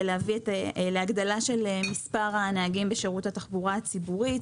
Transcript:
להביא להגדלה של מספר הנהגים בשירות התחבורה הציבורית,